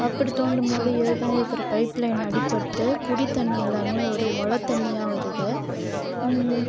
அப்படி தோண்டும் போது ஏற்கனவே இருக்கிற பைப்பு லைன் அடிபட்டு குடி தண்ணீரெலாமே ஒரு ஒல தண்ணியாக வருது